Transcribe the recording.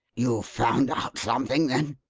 you've found out something, then?